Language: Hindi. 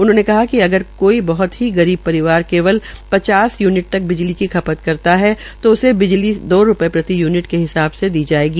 उन्होंने कहा कि अगर कोई बहत ही गरीब परिवार केवल पचास यूनिट तक बिजली की खपत करता है तो उसे बिजली दो रूपये प्रति यूनिट के हिसाब से दी जायेगी